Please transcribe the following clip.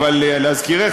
אבל להזכירך,